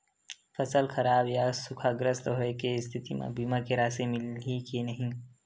फसल खराब या सूखाग्रस्त होय के स्थिति म बीमा के राशि मिलही के नही?